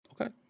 okay